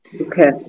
okay